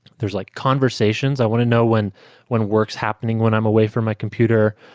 there's like conversations. i want to know when when work is happening when i'm away from my computer.